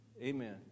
Amen